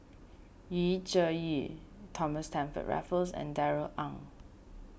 Yu Zhuye Thomas Stamford Raffles and Darrell Ang